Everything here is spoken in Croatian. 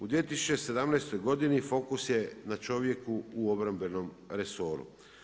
U 2017. godini fikus je na čovjeku u obrambenog resoru.